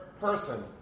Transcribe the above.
person